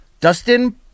Dustin